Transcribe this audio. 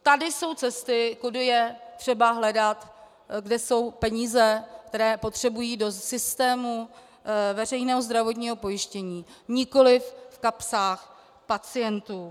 Tady jsou cesty, kudy je třeba hledat, kde jsou peníze, které potřebují do systému veřejného zdravotního pojištění, nikoliv v kapsách pacientů.